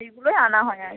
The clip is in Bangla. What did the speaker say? এইগুলোই আনা হয় আর